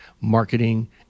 marketing